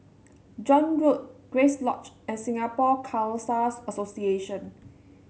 John Road Grace Lodge and Singapore Khalsa Association